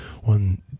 one